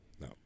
no